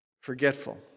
forgetful